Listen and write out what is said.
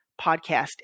podcast